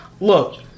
Look